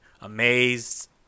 amazed